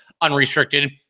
unrestricted